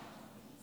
אליה?